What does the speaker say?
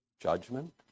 Judgment